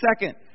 Second